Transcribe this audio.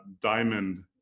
diamond